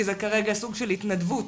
כי זה כרגע סוג של התנדבות,